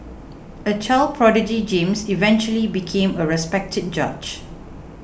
a child prodigy James eventually became a respected judge